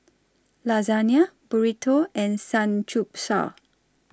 Lasagne Burrito and Samgyeopsal